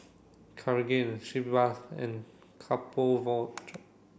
Cartigain she bathe and couple war drop